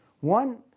One